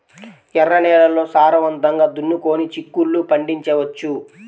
ఎర్ర నేలల్లో సారవంతంగా దున్నుకొని చిక్కుళ్ళు పండించవచ్చు